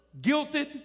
guilted